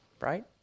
right